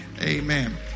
Amen